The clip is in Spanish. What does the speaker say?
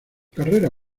carrera